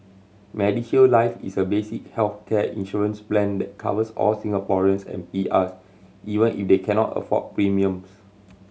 MediShield Life is a basic healthcare insurance plan that covers all Singaporeans and P Rs even if they cannot afford premiums